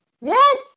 yes